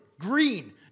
Green